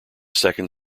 second